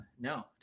no